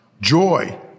joy